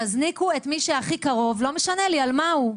תזניקו את מי שהכי קרוב, לא משנה לי על מה הוא.